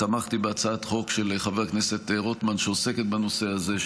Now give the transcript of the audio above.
תמכתי בהצעת חוק של חבר הכנסת רוטמן שעוסקת בנושא הזה,